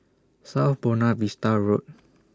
South Buona Vista Road